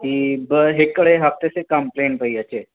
ह ॿ हिकिड़े हफ़्ते से कमप्लेन पई अचे